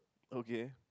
okay